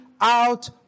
out